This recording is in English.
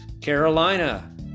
Carolina